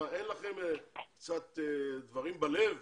אין לכם קצת דברים בלב